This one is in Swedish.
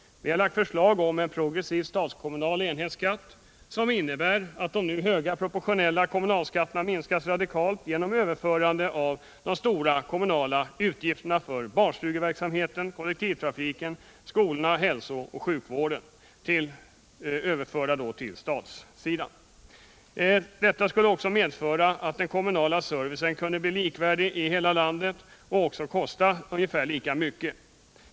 Vi har lagt förslag om en progressiv statskommunal enhetsskatt som innebär att de nu höga proportionella kommunalskatterna minskas radikalt genom överförande av de stora kommunala utgifterna för barnstugeverksamheten, kollektivtrafiken, skolorna och hälsooch sjukvården till statssidan. Detta skulle också medföra att den kommunala servicen kunde bli likvärdig i hela landet och också kosta ungefär lika mycket.